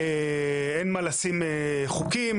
אין מה לשים חוקים,